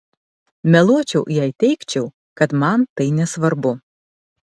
meluočiau jei teigčiau kad man tai nesvarbu